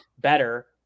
better